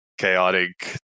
chaotic